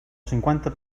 cinquanta